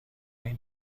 این